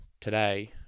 today